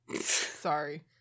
Sorry